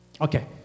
Okay